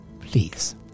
Please